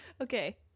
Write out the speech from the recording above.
Okay